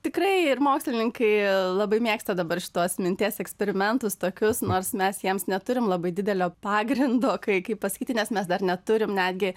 tikrai ir mokslininkai labai mėgsta dabar šituos minties eksperimentus tokius nors mes jiems neturim labai didelio pagrindo kai kaip pasakyti nes mes dar neturim netgi